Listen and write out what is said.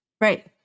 right